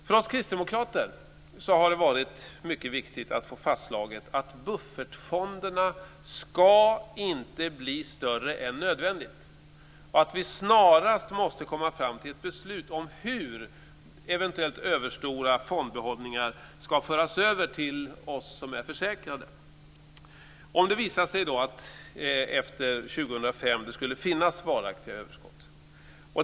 För oss kristdemokrater har det varit mycket viktigt att få fastslaget att buffertfonderna inte ska bli större än nödvändigt och att vi snarast måste komma fram till ett beslut om hur eventuellt överstora fondbehållningar ska föras över till oss som är försäkrade om det efter 2005 visar sig att det finns varaktiga överskott.